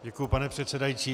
Děkuji, pane předsedající.